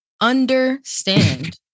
understand